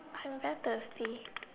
I am very thirsty